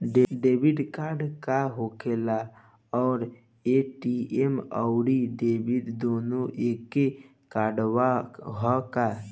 Debit card का होखेला और ए.टी.एम आउर डेबिट दुनों एके कार्डवा ह का?